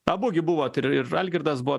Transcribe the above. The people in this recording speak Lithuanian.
abu gi buvot ir ir algirdas buvo